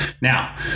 now